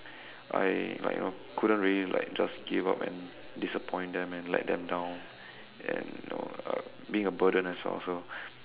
I like you know couldn't really like just give up and disappoint them and let them down and you know uh being a burden as well so